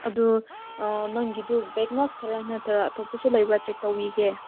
ꯑꯗꯨ ꯅꯪꯒꯤꯗꯨ ꯕꯦꯒ ꯉꯥꯛꯇꯔꯥ ꯅꯠꯇ꯭ꯔꯒ ꯑꯇꯣꯞꯄꯁꯨ ꯂꯩꯕ꯭ꯔꯥ ꯆꯦꯛ ꯇꯧꯕꯤꯒꯦ